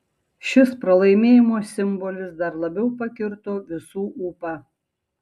šis pralaimėjimo simbolis dar labiau pakirto visų ūpą